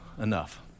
enough